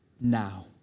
now